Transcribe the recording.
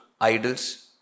idols